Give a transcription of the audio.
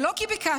ולא כי ביקשנו.